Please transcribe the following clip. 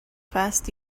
fast